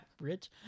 Rich